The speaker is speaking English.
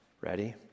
Ready